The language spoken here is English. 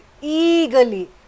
eagerly